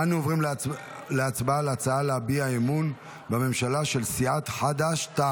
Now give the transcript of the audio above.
אנו עוברים להצבעה על ההצעה להביע אי-אמון בממשלה של סיעת חד"ש-תע"ל.